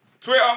Twitter